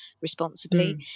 responsibly